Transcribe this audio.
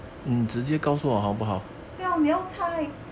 不要你要猜